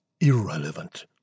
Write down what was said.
irrelevant